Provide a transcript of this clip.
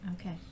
Okay